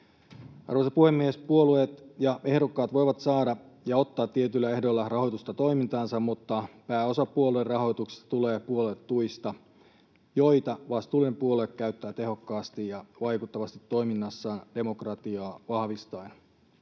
Arvoisa puhemies! Puolueet ja ehdokkaat voivat saada ja ottaa tietyillä ehdoilla rahoitusta toimintaansa, mutta pääosa puoluerahoituksesta tulee puoluetuista, joita vastuullinen puolue käyttää tehokkaasti ja vaikuttavasti toiminnassaan demokratiaa vahvistaen.